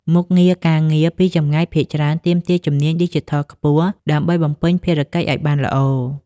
មុខងារការងារពីចម្ងាយភាគច្រើន ទាមទារជំនាញឌីជីថលខ្ពស់ ដើម្បីបំពេញភារកិច្ចឱ្យបានល្អ។